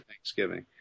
Thanksgiving